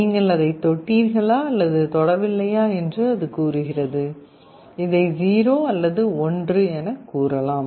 நீங்கள் அதைத் தொட்டீர்களா அல்லது தொடவில்லையா என்று அது கூறுகிறது இதை 0 அல்லது 1 என்று கூறலாம்